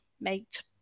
mate